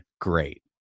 great